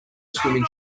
swimming